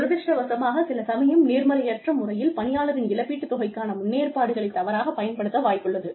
துரதிர்ஷ்டவசமாக சில சமயம் நேர்மையற்ற முறையில் பணியாளரின் இழப்பீட்டுத் தொகைக்கான முன்னேற்பாடுகளை தவறாகப் பயன்படுத்த வாய்ப்புள்ளது